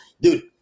dude